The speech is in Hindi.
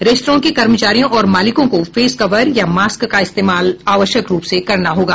रेस्तरां के कर्मचारियों और मालिकों को फेस कवर या मास्क का इस्तेमाल आवश्यक रूप से करना होगा